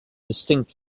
distinct